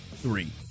Three